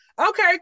Okay